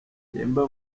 yemba